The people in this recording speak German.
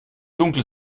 dunkle